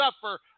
suffer